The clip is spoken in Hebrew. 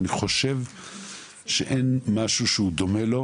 אני חושב שאין משהו שדומה לו,